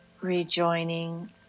rejoining